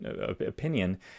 Opinion